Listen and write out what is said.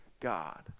God